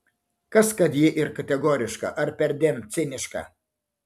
kas kad ji ir kategoriška ar perdėm ciniška